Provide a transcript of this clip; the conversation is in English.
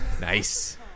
Nice